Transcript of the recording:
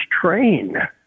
train